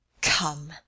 Come